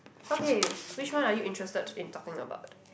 okay which one are you interested in talking about